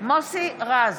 מוסי רז,